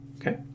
okay